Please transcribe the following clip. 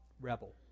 rebel